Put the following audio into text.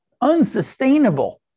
Unsustainable